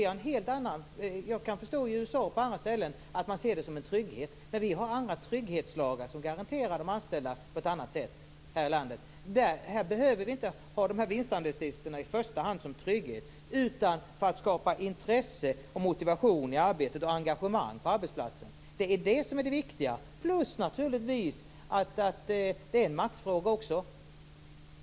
Jag kan förstå att man ser vinstandelsstiftelserna som en trygghet i USA och på andra ställen. Men vi har andra trygghetslagar som garanterar tryggheten för de anställda här i landet. Vi behöver inte ha vinstandelsstiftelser i första hand som en trygghet utan för att skapa intresse och motivation i arbetet och engagemang på arbetsplatsen. Det är det viktiga. Dessutom är det naturligtvis också en maktfråga.